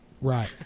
Right